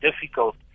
difficult